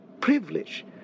privilege